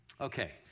Okay